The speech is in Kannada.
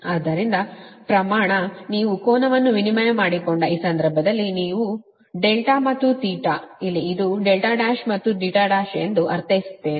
ಆದ್ದರಿಂದ ಪ್ರಮಾಣ ನೀವು ಕೋನವನ್ನು ವಿನಿಮಯ ಮಾಡಿಕೊಂಡ ಈ ಸಂದರ್ಭದಲ್ಲಿ ನೀವು δ ಮತ್ತು ಇಲ್ಲಿ ಅದು 1 1 ಎಂದು ಅರ್ಥೈಸುತ್ತೇನೆ